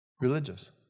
religious